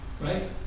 right